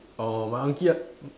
orh my aunty like